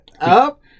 Up